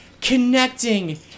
connecting